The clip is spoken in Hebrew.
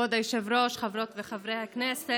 כבוד היושב-ראש, חברות וחברי הכנסת.